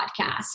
podcast